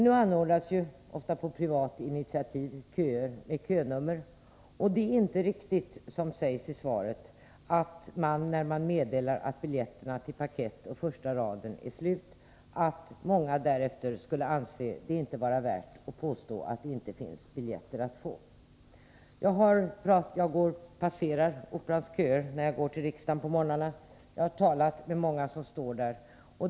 Nu anordnas emellertid, ofta på privat initiativ, köer med könummer. Det är inte riktigt, som sägs i svaret, att många anser att det inte är värt att försöka få biljetter, när det meddelats att biljetterna till parkett och första raden är slut. Jag passerar Operans köer när jag går till riksdagen på morgnarna, och jag har också talat med många som står i kö.